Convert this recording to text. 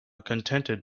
contented